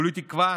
כולי תקווה